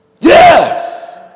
Yes